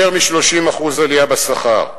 יותר מ-30% עלייה בשכר.